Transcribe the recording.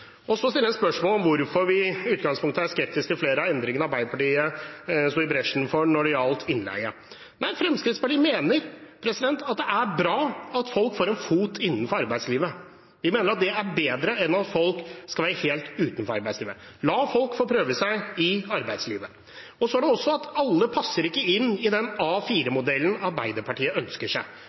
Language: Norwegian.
Så stiller representanten spørsmål om hvorfor vi i utgangspunktet er skeptiske til flere av endringene Arbeiderpartiet gikk i bresjen for når det gjaldt innleie. Fremskrittspartiet mener det er bra at folk får en fot innenfor i arbeidslivet. Vi mener det er bedre enn at folk skal være helt utenfor arbeidslivet – la folk få prøve seg i arbeidslivet. Det er også slik at ikke alle passer inn i den A4-modellen Arbeiderpartiet ønsker seg.